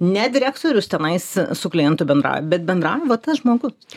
ne direktorius tenais su klientu bendrauja bet bendrauja va tas žmogus